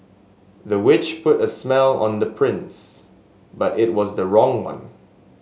the witch put a spell on the prince but it was the wrong one